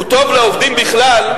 הוא טוב לעובדים בכלל,